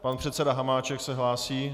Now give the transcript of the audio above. Pan předseda Hamáček se hlásí.